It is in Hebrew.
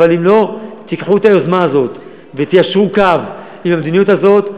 אבל אם לא תיקחו את היוזמה הזאת ותיישרו קו עם המדיניות הזאת,